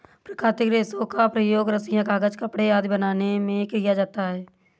प्राकृतिक रेशों का प्रयोग रस्सियॉँ, कागज़, कपड़े आदि बनाने में किया जाता है